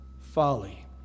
folly